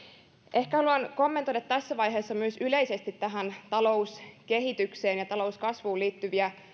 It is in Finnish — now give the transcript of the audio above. ehkä haluan kommentoida tässä vaiheessa myös yleisesti tähän talouskehitykseen ja talouskasvuun liittyviä